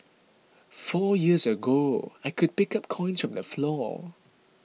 four years ago I could pick up coins from the floor